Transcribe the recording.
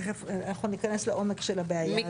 תכף אנחנו ניכנס לעומק של הבעיה הזו.